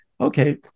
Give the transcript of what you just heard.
Okay